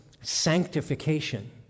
sanctification